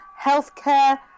healthcare